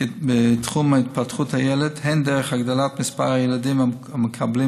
בתחום התפתחות הילד הן דרך הגדלת מספר הילדים המקבלים